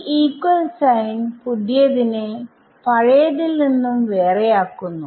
ഈ equal sign പുതിയതിനെ പഴയതിൽ നിന്നും വേറെയാക്കുന്നു